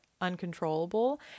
uncontrollable